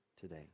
today